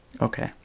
okay